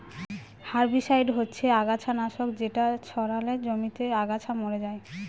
herbicide হচ্ছে আগাছা নাশক যেটা ছড়ালে জমিতে আগাছা মরে যায়